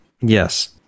Yes